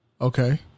Okay